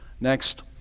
next